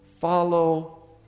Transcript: follow